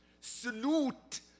Salute